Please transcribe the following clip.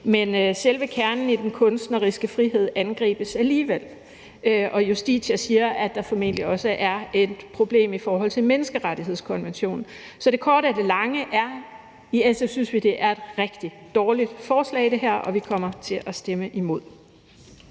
men selve kernen i den kunstneriske frihed angribes alligevel, og Justitia siger, at der formentlig også er et problem i forhold til menneskerettighedskonventionen. Det korte af det lange er: I SF synes vi, at det her er et rigtig dårligt forslag, og vi kommer til at stemme imod.